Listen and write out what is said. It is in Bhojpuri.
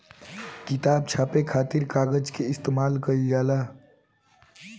किताब छापे खातिर कागज के इस्तेमाल कईल जाला